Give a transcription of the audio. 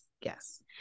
yes